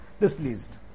displeased